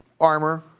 armor